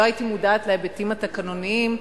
לא הייתי מודעת להיבטים התקנוניים,